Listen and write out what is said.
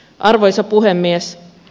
arvoisa puhemies